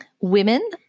women